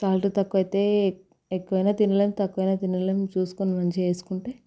salt తక్కువైతే ఎక్కువైనా తినలేం తక్కువైనా తినలేం చూసుకుని మంచిగా వేసుకుంటే